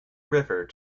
river